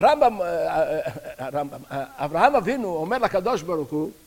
רמב"ם, אה רמב"ם... אברהם אבינו, אומר לקדוש ברוכו.